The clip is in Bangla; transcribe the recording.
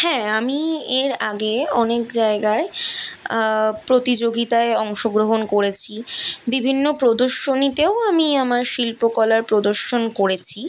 হ্যাঁ আমি এর আগে অনেক জায়গায় প্রতিযোগিতায় অংশগ্রহণ করেছি বিভিন্ন প্রদর্শনীতেও আমি আমার শিল্পকলার প্রদর্শন করছি